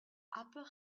upper